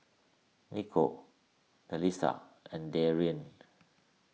Niko Delisa and Darrien